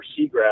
seagrass